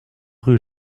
rue